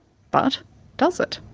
but does it?